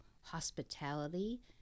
hospitality